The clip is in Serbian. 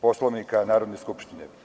Poslovnika Narodne skupštine.